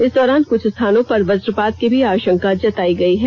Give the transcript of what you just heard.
इस दौरान कुछ स्थानों पर वजपात की भी आषंका जतायी गयी है